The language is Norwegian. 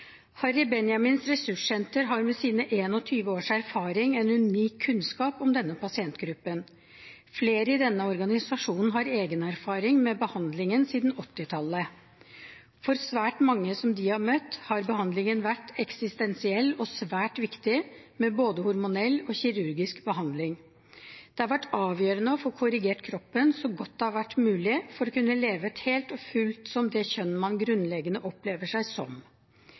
Ressurssenter har med sine 21 års erfaring en unik kunnskap om denne pasientgruppen. Flere i denne organisasjonen har egen erfaring med behandlingen siden 1980-tallet. For svært mange som de har møtt, har behandlingen vært eksistensiell og svært viktig, med både hormonell og kirurgisk behandling. Det har vært avgjørende å få korrigert kroppen så godt det har vært mulig, for å kunne leve helt og fullt som det kjønn man grunnleggende opplever seg som.